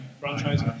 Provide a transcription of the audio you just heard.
franchise